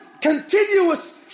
continuous